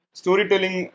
storytelling